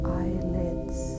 eyelids